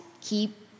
keep